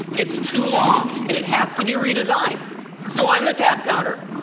it's too long, and it has to be redesigned so i'm the tap counter.